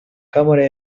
cámara